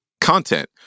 content